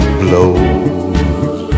blows